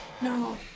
No